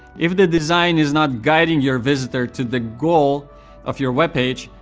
if the design is not guiding your visitors to the goal of your webpage,